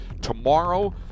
Tomorrow